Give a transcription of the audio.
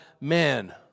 man